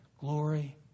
glory